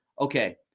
okay